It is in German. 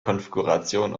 konfiguration